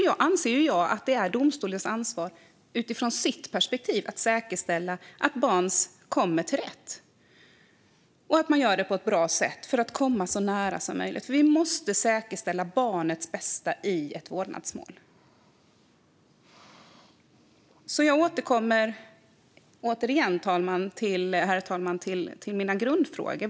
Då anser jag att det är domstolens ansvar, utifrån sitt perspektiv, att säkerställa barns rätt att komma till tals för att komma så nära som möjligt. Vi måste säkerställa barnets bästa i ett vårdnadsmål. Herr talman! Jag återkommer till mina grundfrågor.